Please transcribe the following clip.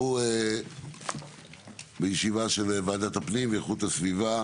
אנחנו בישיבה של ועדת הפנים ואיכות הסביבה,